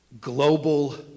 Global